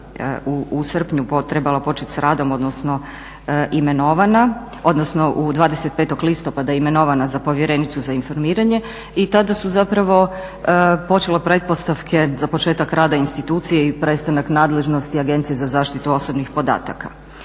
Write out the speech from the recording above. u srpnju trebala početi sa radom, odnosno imenovana, odnosno 25. listopada imenovana za povjerenicu za informiranje i tada su zapravo počele pretpostavke za početak rada institucije i prestanak nadležnosti Agencije za zaštitu osobnih podataka.